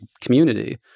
community